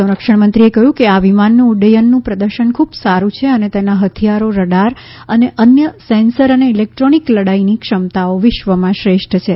સંરક્ષણમંત્રીએ કહ્યું કે આ વિમાનનું ઉદ્દયનનું પ્રદર્શન ખૂબ સારું છે અને તેના હથિયારો રડાર અને અન્ય સેન્સર અને ઇલેક્ટ્રોનિક લડાઇની ક્ષમતાઓ વિશ્વમાં શ્રેષ્ઠ છે